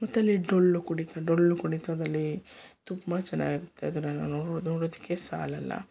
ಮತ್ತು ಅಲ್ಲಿ ಡೊಳ್ಳು ಕುಣಿತ ಡೊಳ್ಳು ಕುಣಿತದಲ್ಲಿ ತುಂಬ ಚೆನ್ನಾಗಾಗುತ್ತೆ ಅದನ್ನು ನೋಡೋದಕ್ಕೆ ಸಾಲಲ್ಲ